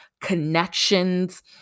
connections